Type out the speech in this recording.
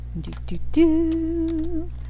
Do-do-do